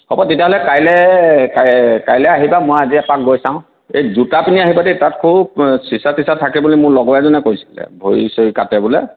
হ'ব তেতিয়াহ'লে কাইলৈ কাইলৈ আহিবা মই আজি এপাক গৈ চাওঁ এই জোঁটা পিন্ধি আহিবা দেই তাত খুব চিচা তিচা থাকে বুলি মোৰ লগৰ এজনে কৈছিলে ভৰি চৰি কাটে বোলে